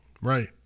Right